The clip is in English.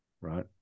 right